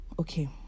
okay